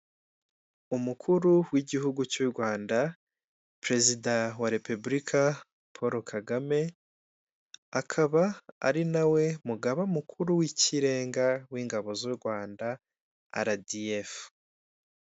Umukuru w'igihugu cy'u Rwanda Perezida wa Repebulika Polo Kagame, akaba ari na we mugaba mukuru w'ikirenga w'ingabo z'u Rwanda aradiyefu.